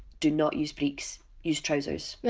do not use breeks. use trousers.